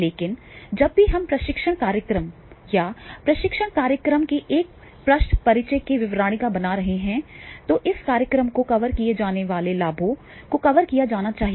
लेकिन जब भी हम प्रशिक्षण कार्यक्रम या प्रशिक्षण कार्यक्रम के एक पृष्ठ परिचय की विवरणिका बना रहे हैं तो इस कार्यक्रम को कवर किए जाने वाले लाभों को कवर किया जाना चाहिए